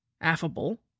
Affable